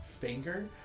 finger